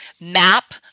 map